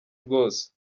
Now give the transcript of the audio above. rwose